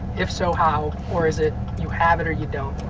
if so, how or is it you have it or you don't?